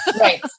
Right